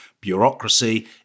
bureaucracy